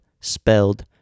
spelled